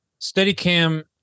Steadicam